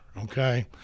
Okay